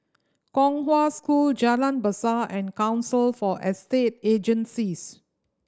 Kong Hwa School Jalan Besar and Council for Estate Agencies